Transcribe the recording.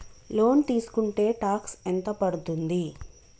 Loan తీస్కుంటే tax ఎంత పడ్తుంది?